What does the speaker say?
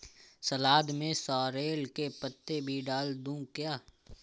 सलाद में सॉरेल के पत्ते भी डाल दूं क्या?